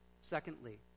secondly